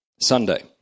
Sunday